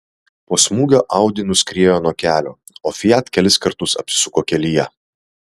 po smūgio audi nuskriejo nuo kelio o fiat kelis kartus apsisuko kelyje